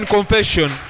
confession